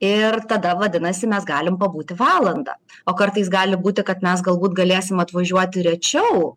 ir tada vadinasi mes galim pabūti valandą o kartais gali būti kad mes galbūt galėsim atvažiuoti rečiau